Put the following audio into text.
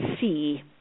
see